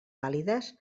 vàlides